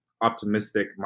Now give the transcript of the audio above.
optimistic